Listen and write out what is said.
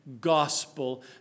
gospel